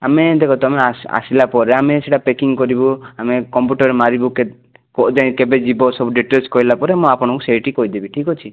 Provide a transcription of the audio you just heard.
ଆମେ ଦେଖ ତୁମେ ଆସିଲା ପରେ ଆମେ ସେଟା ପ୍ୟାକିଙ୍ଗ କରିବୁ ଆମେ କମ୍ପ୍ୟୁଟରରେ ମାରିବୁ ଯାଇଁକି କେବେ ଯିବ ସବୁ ଡିଟେଲ୍ସ କହିଲା ପରେ ମୁଁ ଆପଣଙ୍କୁ ସେଇଠି କହିଦେବି ଠିକ ଅଛି